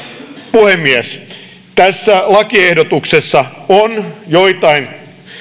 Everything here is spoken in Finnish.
puhemies tässä lakiehdotuksessa on joitain